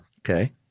Okay